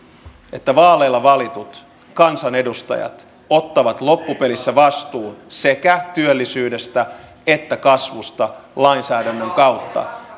että vaaleilla valitut kansanedustajat ottavat loppupelissä vastuun sekä työllisyydestä että kasvusta lainsäädännön kautta